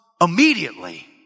immediately